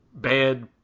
bad